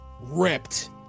RIPPED